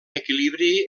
equilibri